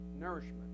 nourishment